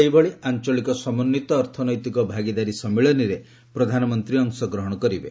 ସେହିଭଳି ଆଞ୍ଚଳିକ ସମନ୍ୱିତ ଅର୍ଥନୈତିକ ଭାଗିଦାରି ସମ୍ମିଳନୀରେ ପ୍ରଧାନମନ୍ତ୍ରୀ ଅଂଶ ଗ୍ରହଣ କରିବେ